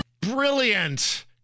brilliant